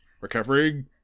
Recovering